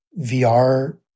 VR